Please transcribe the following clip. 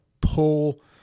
pull